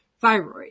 thyroid